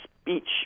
speech